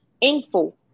info